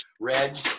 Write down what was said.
red